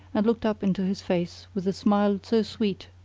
and looked up into his face with a smile so sweet,